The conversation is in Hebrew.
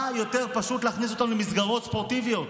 מה יותר פשוט מלהכניס אותם למסגרות ספורטיביות?